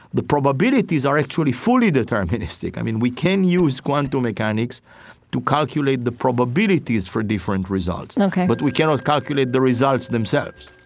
the probabilities are actually fully deterministic. i mean, we can use quantum mechanics to calculate the probabilities of different results, and ok, but we cannot calculate the results themselves.